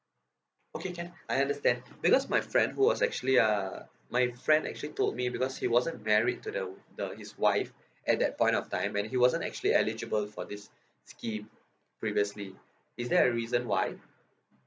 okay can I understand because my friend who was actually uh my friend actually told me because he wasn't married to the the his wife at that point of time and he wasn't actually eligible for this scheme previously is there a reason why